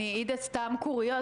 סתם קוריוז.